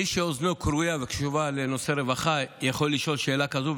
מי שאוזנו כרויה וקשובה לנושא רווחה יכול לשאול שאלה כזו,